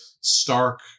Stark